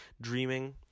dreaming